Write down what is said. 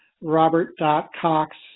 Robert.Cox